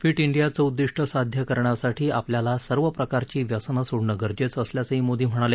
feet इंडीयाचं उद्दीष्ट साध्य करण्यासाठी ापल्याला सर्व प्रकारची व्यसनं सोडणं गरजेचं असल्याचंही मोदी म्हणाले